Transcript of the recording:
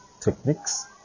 techniques